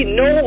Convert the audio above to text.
no